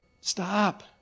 stop